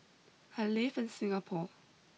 I live in Singapore